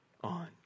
On